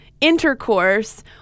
intercourse